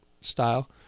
style